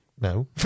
no